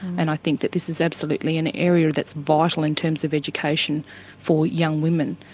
and i think that this is absolutely an area that's vital in terms of education for young women,